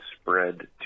spread